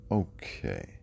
okay